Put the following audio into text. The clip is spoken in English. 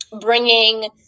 bringing